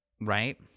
Right